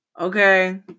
Okay